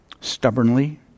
stubbornly